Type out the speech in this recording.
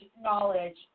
knowledge